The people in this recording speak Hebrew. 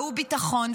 והוא ביטחון,